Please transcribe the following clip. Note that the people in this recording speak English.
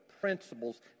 principles